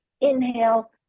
inhale